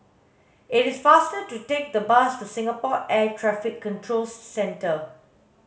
it is faster to take the bus to Singapore Air Traffic Control Centre